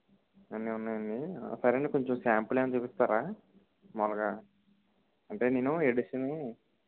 అన్నీ ఉన్నాయి అండి సరే అండి కొంచెం శ్యాంపుల్ ఏమైనా చూపిస్తారా మాములుగా అంటే నేను ఎడిషన్